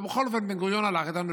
ובכל זאת בן-גוריון הלך איתנו.